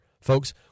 Folks